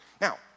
Now